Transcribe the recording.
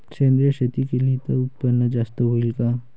सेंद्रिय शेती केली त उत्पन्न जास्त होईन का?